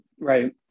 Right